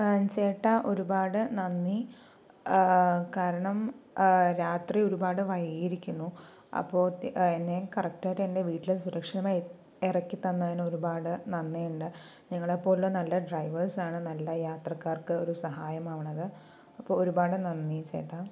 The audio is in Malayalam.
ചേട്ടാ ഒരുപാട് നന്ദി കാരണം രാത്രി ഒരുപാട് വൈകിയിരിക്കുന്നു അപ്പോൾ എന്നെ കറക്റ്റായിട്ട് എൻ്റെ വീട്ടില് സുരക്ഷിതമായി ഇറക്കിത്തന്നതിന് ഒരുപാട് നന്ദിയുണ്ട് നിങ്ങളെപ്പോലുള്ള നല്ല ഡ്രൈവേഴ്സാണ് നല്ല യാത്രക്കാർക്ക് ഒരു സഹായമാവണത് അപ്പോൾ ഒരുപാട് നന്ദി ചേട്ടാ